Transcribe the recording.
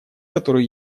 которую